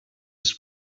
just